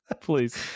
Please